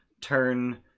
turn